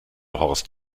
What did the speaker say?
horst